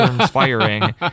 firing